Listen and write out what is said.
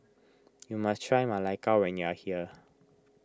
you must try Ma Lai Gao when you are here